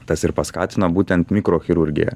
tas ir paskatino būtent mikrochirurgiją